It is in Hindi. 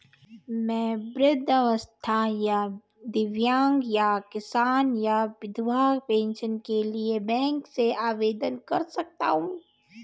मैं वृद्धावस्था या दिव्यांग या किसान या विधवा पेंशन के लिए बैंक से आवेदन कर सकता हूँ?